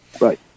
Right